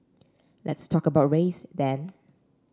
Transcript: let's talk about race then